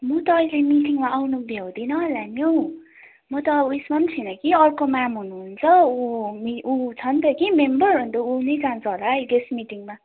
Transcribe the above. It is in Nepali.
म त अहिले मिटिङमा आउनु भ्याउदिनँ होला नि हो म त अब ऊ यसमा नि छिन कि अर्को म्याम हुनु हुन्छ ऊ ऊ छ नि त कि मेम्बर अन्त ऊ नै जान्छ होला है त्यस मिटिङमा